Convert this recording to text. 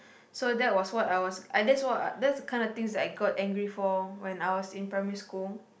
so that was what I was I that's what I that's the kind of things I got angry for when I was in primary school